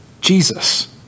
Jesus